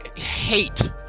hate